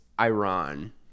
iran